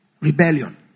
Rebellion